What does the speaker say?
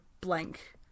blank